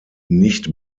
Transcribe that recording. nicht